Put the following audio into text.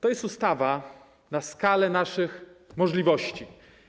To jest ustawa na skalę naszych możliwości.